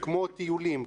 כמו טיולים,